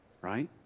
right